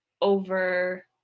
over